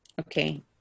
Okay